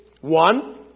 One